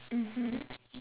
mmhmm